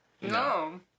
No